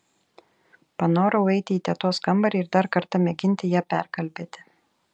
panorau eiti į tetos kambarį ir dar kartą mėginti ją perkalbėti